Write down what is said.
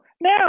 Now